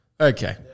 Okay